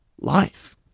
life